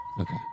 Okay